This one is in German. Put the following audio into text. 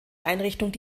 einrichtung